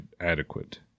adequate